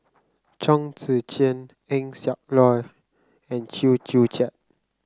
Chong Tze Chien Eng Siak Loy and Chew Joo Chiat